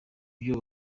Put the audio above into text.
byo